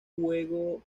juego